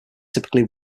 typically